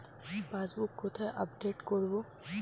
Passbook কোথায় update করব?